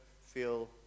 feel